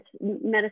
medicine